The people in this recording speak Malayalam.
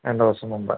രണ്ട് ദിവസം മുമ്പ്